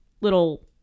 little